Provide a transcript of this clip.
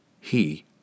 He